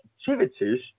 activities